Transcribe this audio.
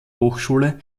hochschule